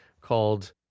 called